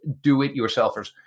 do-it-yourselfers